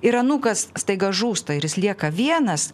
ir anūkas staiga žūsta ir jis lieka vienas